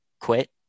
quit